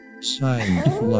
Signed